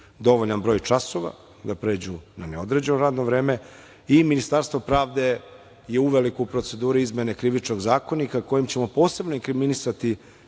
dovoljan broj časova da pređu na neodređeno radno vreme i Ministarstvo pravde je uveliko u proceduri izmene Krivičnog zakonika kojim ćemo posebno inkriminisati